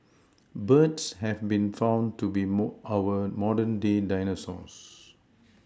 birds have been found to be our modern day dinosaurs